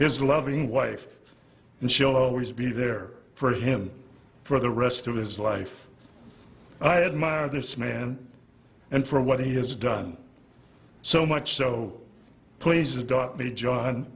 his loving wife and she'll always be there for him for the rest of his life i admire this man and for what he has done so much so please adopt me john